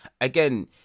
again